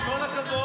עם כל הכבוד,